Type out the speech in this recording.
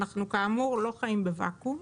כאמור אנחנו לא חיים בוואקום,